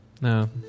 No